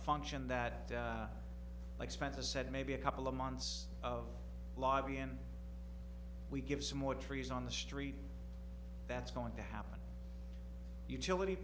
function that like spencer said maybe a couple of months of lobby and we give some more trees on the street that's going to happen utility